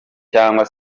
cyangwa